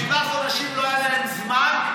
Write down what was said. שבעה חודשים לא היה להם זמן.